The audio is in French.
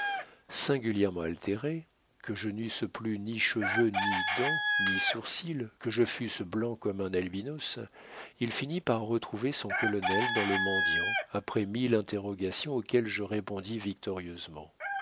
singulièrement altérés que je n'eusse plus ni cheveux ni dents ni sourcils que je fusse blanc comme un albinos il finit par retrouver son colonel dans le mendiant après mille interrogations auxquelles je répondis victorieusement